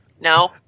No